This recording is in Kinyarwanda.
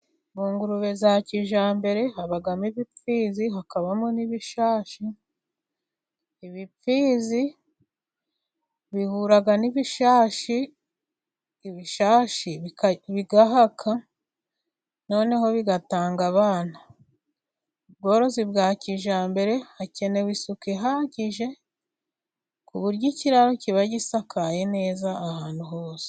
Mu ngurube za kijyambere， habamo ibipfizi，hakabamo n'ibishashi，ibipfizi bihura n'ibishashi， ibishashi bigahaka， noneho bigatanga abana. Ubworozi bwa kijyambere， hakenewe isuku ihagije， ku buryo ikiraro kiba gisakaye neza ahantu hose.